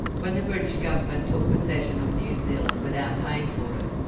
when the british government took possession of new zealand without paying for it,